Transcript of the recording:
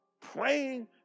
praying